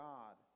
God